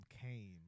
came